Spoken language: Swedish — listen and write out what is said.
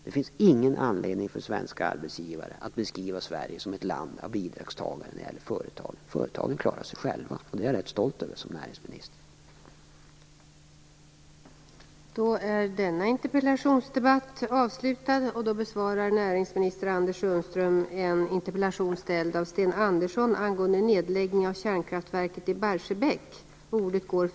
Det finns ingen anledning för svenska arbetsgivare att beskriva Sverige som ett land av bidragstagare när det gäller företagen. Företagen klarar sig själva. Det är jag som näringsminister rätt stolt över.